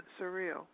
surreal